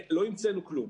לא המצאנו כלום.